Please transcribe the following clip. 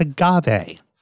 agave